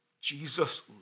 Jesus